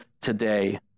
today